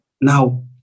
Now